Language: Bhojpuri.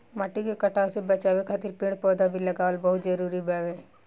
माटी के कटाव से बाचावे खातिर पेड़ पौधा भी लगावल बहुत जरुरी बावे